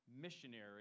missionary